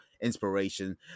Inspiration